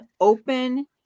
open